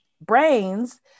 brains